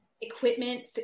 equipment